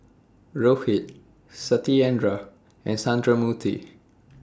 Rohit Satyendra and Sundramoorthy